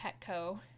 Petco